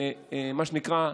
מה שנקרא,